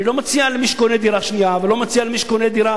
אני לא מציע למי שקונה דירה שנייה ולא מציע למי שקונה דירה